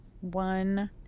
one